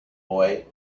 boy